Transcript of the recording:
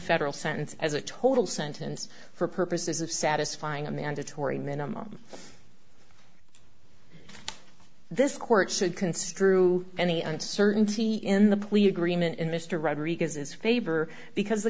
federal sentence as a total sentence for purposes of satisfying a mandatory minimum this court said construe any uncertainty in the plea agreement and mr rodriguez is fabre because the